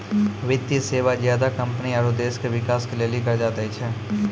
वित्तीय सेवा ज्यादा कम्पनी आरो देश के बिकास के लेली कर्जा दै छै